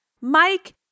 Mike